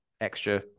extra